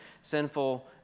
sinful